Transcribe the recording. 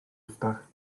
ustach